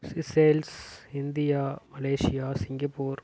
sales India Malaysia Singapore